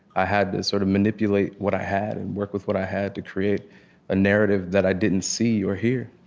i had to sort of manipulate what i had and work with what i had to create a narrative that i didn't see or hear